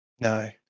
No